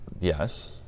yes